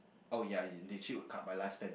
oh ya you did you will cut my life span real short